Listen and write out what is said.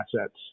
assets